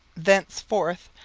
thenceforth,